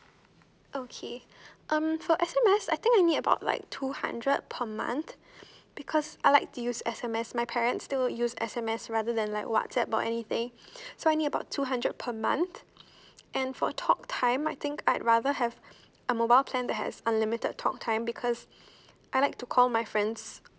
okay um for S_M_S I think I need about like two hundred per month because I like to use S_M_S my parents still use S_M_S rather than like WhatsApp or anything so I need about two hundred per month and for talk time I think I'd rather have a mobile plan that has unlimited talk time because I like to call my friends